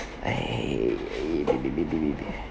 ah !hey!